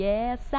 Yes